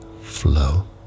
flow